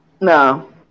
No